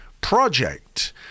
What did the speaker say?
project